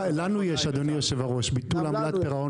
לנו יש, אדוני היושב-ראש, ביטול עמלת פירעון